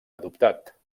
adoptat